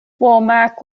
womack